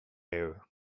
air